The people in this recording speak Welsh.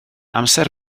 amser